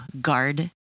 guard